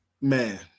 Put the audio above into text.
man